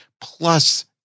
plus